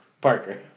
Parker